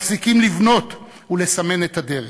מפסיקים לבנות ולסמן את הדרך.